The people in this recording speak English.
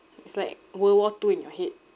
it's like world war two in your head